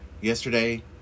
yesterday